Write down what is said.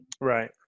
Right